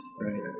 Right